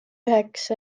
üheks